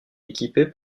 équipé